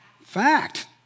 Fact